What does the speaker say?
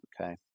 Okay